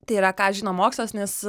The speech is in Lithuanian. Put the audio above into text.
tai yra ką žino mokslas nes